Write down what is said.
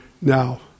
Now